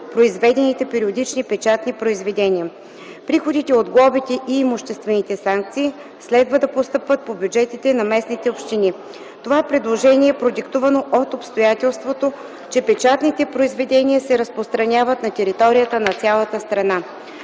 произведените периодични печатни произведения. Приходите от глобите и имуществените санкции следва да постъпват по бюджетите на местните общини. Това предложение е продиктувано от обстоятелството, че печатните произведения се разпространяват на територията на цялата страна.